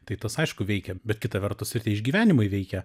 tai tas aišku veikia bet kita vertus ir tie išgyvenimai veikia